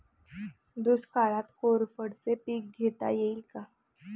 दुष्काळात कोरफडचे पीक घेता येईल का?